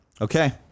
Okay